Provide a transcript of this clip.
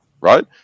right